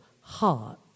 heart